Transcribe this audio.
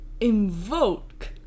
Invoke